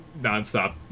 nonstop